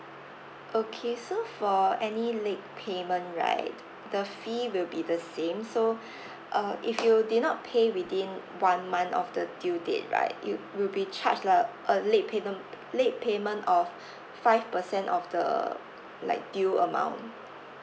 okay so for any late payment right the fee will be the same so uh if you did not pay within one month of the due date right you will be charged le~ a late payment p~ late payment of five percent of the like due amount